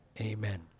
Amen